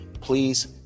please